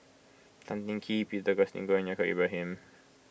Tan Teng Kee Peter Augustine Goh and Yaacob Ibrahim